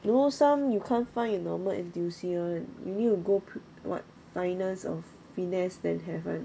you know some you can't find in normal N_T_U_C [one] right you need to go what finest or finesse then have [one]